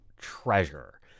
treasure